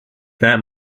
that